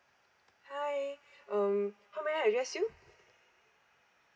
hi um how may I address you